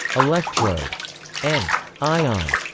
electrode and ion.